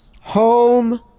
home